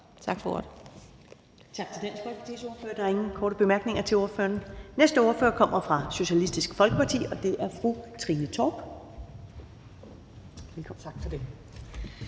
Tak for ordet.